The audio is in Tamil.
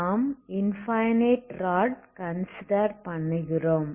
நாம் இன்ஃபனைட் ராட் கன்சிடர் பண்ணுகிறோம்